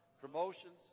promotions